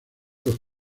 los